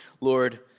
Lord